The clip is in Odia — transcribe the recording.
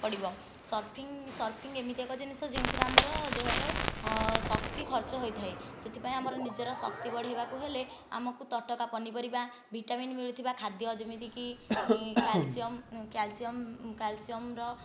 ସର୍ଫିଙ୍ଗ ସର୍ଫିଙ୍ଗ ଏମିତି ଏକ ଜିନିଷ ଯେଉଁଥିରେ କି ଆମର ଦେହର ଶକ୍ତି ଖର୍ଚ୍ଚ ହୋଇଥାଏ ସେଥିପାଇଁ ଆମର ନିଜର ଶକ୍ତି ବଢ଼ାଇବାକୁ ହେଲେ ଆମକୁ ତଟକା ପନିପରିବା ଭିଟାମିନ ମିଳୁଥିବା ଖାଦ୍ୟ ଯେମିତିକି କ୍ୟାଲସିୟମ କ୍ୟାଲସିୟମ କ୍ୟାଲସିୟମର